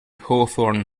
hawthorne